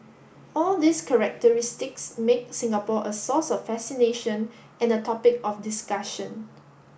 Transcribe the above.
all these characteristics make Singapore a source of fascination and a topic of discussion